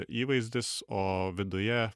įvaizdis o viduje